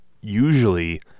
usually